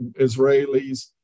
Israelis